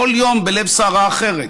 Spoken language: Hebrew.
כל יום, בלב סערה אחרת,